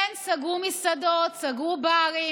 כן סגרו מסעדות, סגרו ברים,